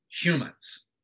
humans